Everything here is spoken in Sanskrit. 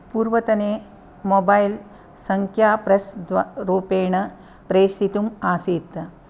पूर्वतने मोबैल् सङ्ख्या प्रस् द्व रूपेण प्रेषितुम् आसीत्